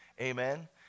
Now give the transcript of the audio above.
Amen